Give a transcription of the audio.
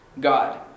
God